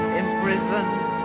imprisoned